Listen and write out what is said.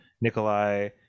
Nikolai